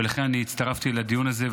ולכן אני הצטרפתי לדיון הזה,